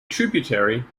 tributary